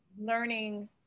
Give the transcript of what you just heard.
learning